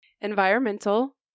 Environmental